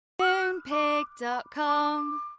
MoonPig.com